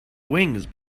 wings